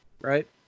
Right